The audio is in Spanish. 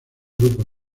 grupos